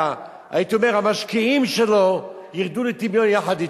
הייתי אומר, שהמשקיעים שלו ירדו לטמיון יחד אתו.